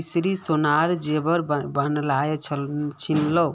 ती सोनार जेवर बनइल छि न